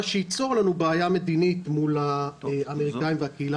מה שייצור לנו בעיה מדינית מול האמריקאים והקהילה.